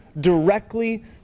directly